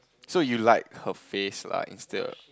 so you like her face lah instead of